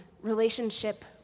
relationship